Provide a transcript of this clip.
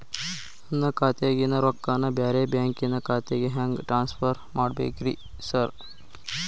ನನ್ನ ಖಾತ್ಯಾಗಿನ ರೊಕ್ಕಾನ ಬ್ಯಾರೆ ಬ್ಯಾಂಕಿನ ಖಾತೆಗೆ ಹೆಂಗ್ ಟ್ರಾನ್ಸ್ ಪರ್ ಮಾಡ್ಬೇಕ್ರಿ ಸಾರ್?